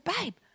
babe